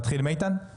נתחיל עם איתן.